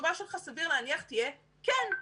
התשובה שלכם סביר להניח שתהיה: כן.